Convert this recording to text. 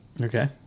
Okay